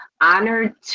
honored